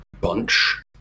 bunch